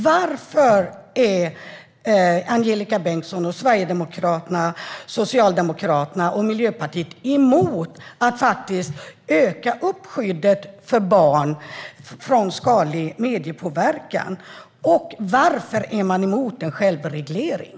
Varför är Angelika Bengtsson och Sverigedemokraterna, Socialdemokraterna och Miljöpartiet emot att faktiskt öka skyddet för barn mot skadlig mediepåverkan? Och varför är man emot en självreglering?